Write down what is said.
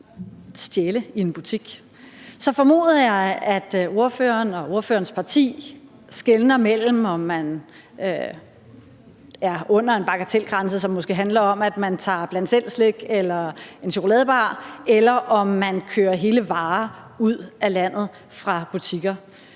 stjæle i en butik, formoder jeg, at ordføreren og ordførerens parti skelner mellem, om man er under en bagatelgrænse, som måske handler om, at man tager bland selv-slik eller en chokoladebar, eller om man kører hele varer ud af landet fra butikker.